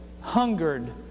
hungered